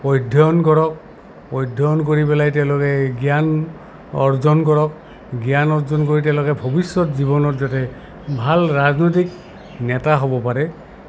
অধ্যয়ন কৰক অধ্যয়ন কৰি পেলাই তেওঁলোকে জ্ঞান অৰ্জন কৰক জ্ঞান অৰ্জন কৰি তেওঁলোকে ভৱিষ্যত জীৱনত যাতে ভাল ৰাজনৈতিক নেতা হ'ব পাৰে